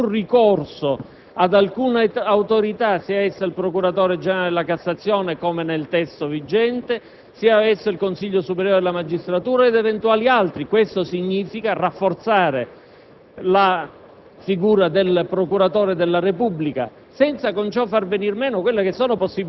la sintesi raggiunta permette di far sì che non vi sia nessun ricorso ad alcuna autorità, sia essa il procuratore generale della Cassazione (come nel testo vigente), sia esso il Consiglio superiore della magistratura o eventuali altri. Questo significa rafforzare